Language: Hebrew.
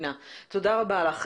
תודה רבה לך.